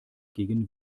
gegen